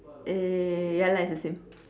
ya ya ya ya ya ya ya lah like it's the same